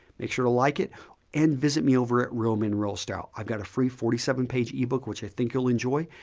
make sure to like it and visit me over at real men real style. iive got a free forty seven page ebook, which i think youill enjoy.